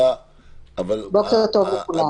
בוקר טוב לכולם.